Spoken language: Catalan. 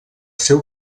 seu